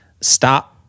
stop